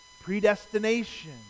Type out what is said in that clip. predestination